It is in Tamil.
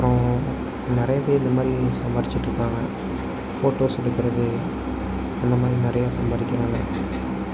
அப்புறம் நிறையப் பேரு இந்த மாதிரி சம்பாரித்துகிட்டு இருக்காங்க ஃபோட்டோஸ் எடுக்கிறது அந்த மாதிரி நிறையா சம்பாதிக்கிறாங்க